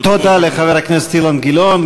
תודה לחבר הכנסת אילן גילאון,